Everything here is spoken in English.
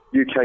UK